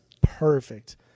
perfect